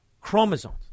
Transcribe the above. chromosomes